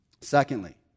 Secondly